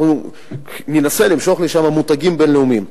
וננסה למשוך לשם מותגים בין-לאומיים,